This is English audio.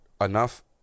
enough